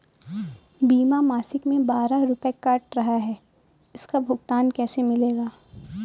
बीमा मासिक में बारह रुपय काट रहा है इसका भुगतान कैसे मिलेगा?